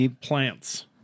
plants